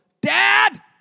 Dad